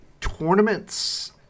tournaments